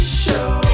show